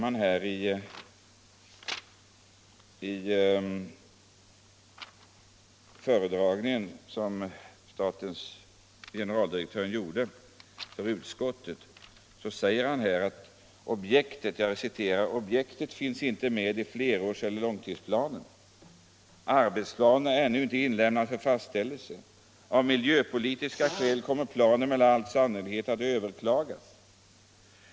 Vägverkets generaldirektör säger i sin föredragning bl.a.: ”Objektet finns inte med i flerårseller långtidsplaner. Arbetsplanen är ännu inte inlämnad för fastställelse. Av miljöpolitiska skäl kommer planen med all sannolikhet att överklagas.